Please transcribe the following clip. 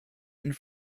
and